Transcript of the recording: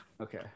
Okay